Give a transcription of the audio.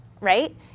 right